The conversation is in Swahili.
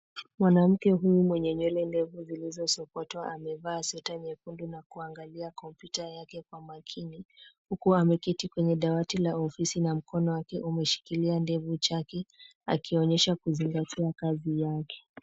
Mwanamke huyu mwenye nywele ndefu zilizosokotwa amevaa sweta nyekundu na kuangalia kompyuta yake kwa makini huku ameketi kwenye dawati la ofisi na mkono wake umeshikilia kidevu chake akionyesha kuzingatia kazi yake.